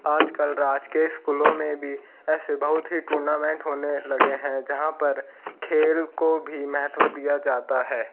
आज कल राज्य के स्कूलों में भी ऐसे बहुत ही टूर्नामेंट होने लगे हैं जहाँ पर खेल को भी महत्व दिया जाता है